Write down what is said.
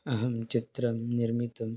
अहं चित्रं निर्मितुम्